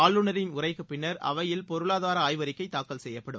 ஆளுநரின் உரைக்குப் பின்னர் அவையில் பொருளாதார ஆய்வறிக்கை தாக்கல் செய்யப்படும்